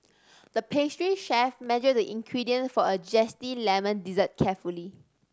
the pastry chef measured the ingredients for a zesty lemon dessert carefully